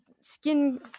skin